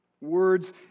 Words